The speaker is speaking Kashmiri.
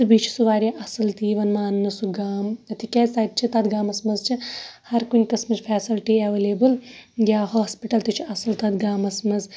بییٚہِ چھُ سُہ واریاہ اَصٕل تہِ یِوان ماننہٕ سُہ گام تکیازِ تَتہِ چھِ تَتھ گامَس مَنٛز چھِ ہَر کُنہِ قِسمٕچ فیسَلٹی ایٚولیبٕل یا ہاسپِٹَل تہِ چھُ اَصٕل تَتھ گامَس مَنٛز